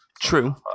True